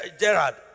Gerard